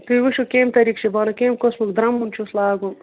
تُہۍ وٕچھِو کمہِ طٔریٖقہٕ چھِ بَنُن کمہِ قٕسمُک درٛمُن چھُس لاگُن